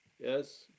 yes